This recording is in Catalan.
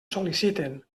sol·liciten